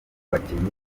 abakinnyi